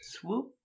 Swoop